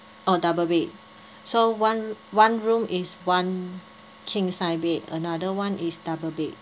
oh double bed so one one room is one king size bed another one is double bed